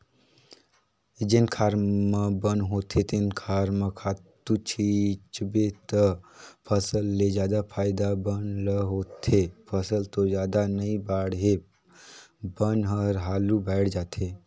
जेन खार म बन होथे तेन खार म खातू छितबे त फसल ले जादा फायदा बन ल होथे, फसल तो जादा नइ बाड़हे बन हर हालु बायड़ जाथे